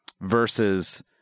versus